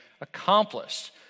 accomplished